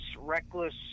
reckless